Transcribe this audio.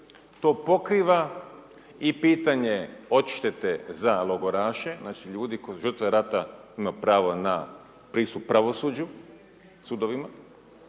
To pokriva i pitanje odštete za logoraše, znači ljude koji su žrtve rata, imaju pravo na pristup pravosuđu, sudovima.